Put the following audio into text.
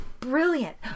Brilliant